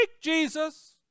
Jesus